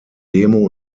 demo